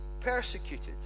persecuted